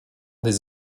des